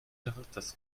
charakters